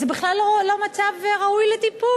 זה בכלל לא מצב ראוי לטיפול.